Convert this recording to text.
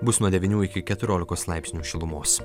bus nuo devynių iki keturiolikos laipsnių šilumos